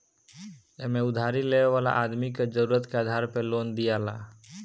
एमे उधारी लेवे वाला आदमी के जरुरत के आधार पे लोन दियाला